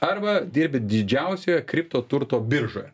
arba dirbi didžiausioje kriptoturto biržoje